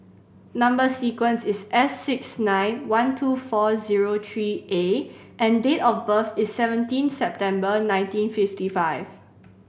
number sequence is S six nine one two four zero three A and date of birth is seventeen September nineteen fifty five